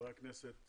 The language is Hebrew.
שחברי הכנסת